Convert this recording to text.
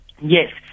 Yes